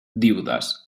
díodes